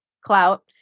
clout